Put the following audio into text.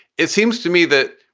it seems to me that.